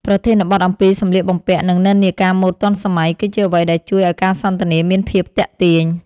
ប្រធានបទអំពីសម្លៀកបំពាក់ និងនិន្នាការម៉ូដទាន់សម័យ គឺជាអ្វីដែលជួយឱ្យការសន្ទនាមានភាពទាក់ទាញ។